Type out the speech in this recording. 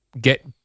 get